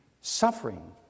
Suffering